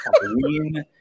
Halloween